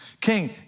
King